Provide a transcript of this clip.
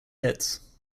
hits